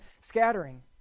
scattering